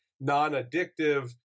non-addictive